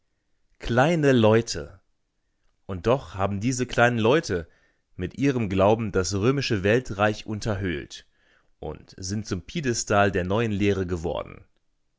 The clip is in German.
kleine leute und doch haben diese kleinen leute mit ihrem glauben das römische weltreich unterhöhlt und sind zum piedestal der neuen lehre geworden